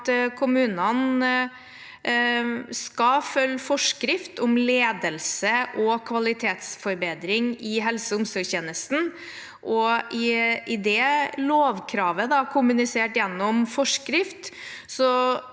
kommunene skal følge forskrift om ledelse og kvalitetsforbedring i helse- og omsorgstjenesten. I det lovkravet, kommunisert gjennom forskrift,